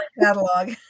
catalog